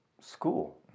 school